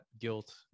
guilt